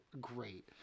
great